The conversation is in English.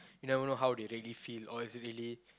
you never know how they really feel or is it really